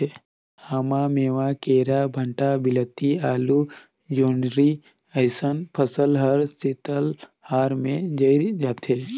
आमा, मेवां, केरा, भंटा, वियलती, आलु, जोढंरी अइसन फसल हर शीतलहार में जइर जाथे